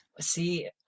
see